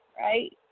right